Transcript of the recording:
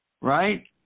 right